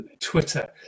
Twitter